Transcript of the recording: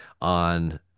on